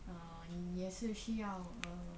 uh 妳也是需要